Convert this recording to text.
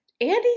Andy